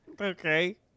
Okay